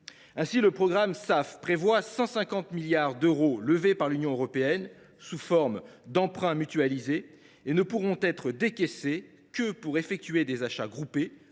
Ainsi, le programme Safe prévoit 150 milliards d’euros levés par l’Union européenne sous forme d’emprunts mutualisés, qui ne pourront être décaissés que pour effectuer des achats groupés